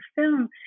film